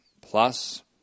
plus